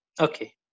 Okay